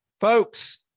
Folks